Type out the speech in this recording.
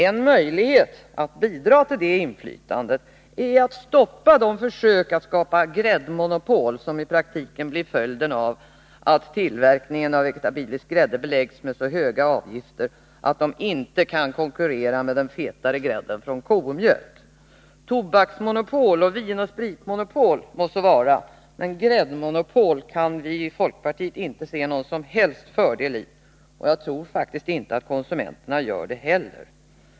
En möjlighet att bidra till det inflytandet är att stoppa försöken att skapa ett ”gräddmonopol”, som i praktiken blir följden av att tillverkningen av vegetabilisk grädde beläggs med så höga avgifter att det inte är möjligt att konkurrera med den fetare grädden från komjölk. Tobaksmonopol och vinoch spritmonopol må så vara, men gräddmonopol kan vi från folkpartiet inte se någon som helst fördel i. Och jag tror faktiskt inte att konsumenterna gör det heller.